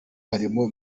harimo